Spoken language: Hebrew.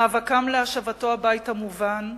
מאבקם להשבתו הביתה מובן.